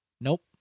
Nope